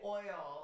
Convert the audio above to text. oil